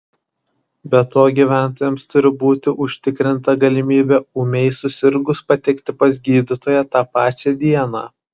be to gyventojams turi būti užtikrinta galimybė ūmiai susirgus patekti pas gydytoją tą pačią dieną